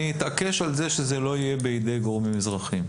אני אתעקש על זה שזה לא יהיה גורמים אזרחיים.